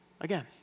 again